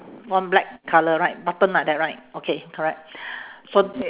one black colour right button like that right okay correct so